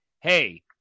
hey